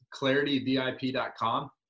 clarityvip.com